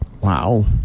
Wow